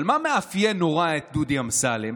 אבל מה מאפיין נורא את דודי אמסלם?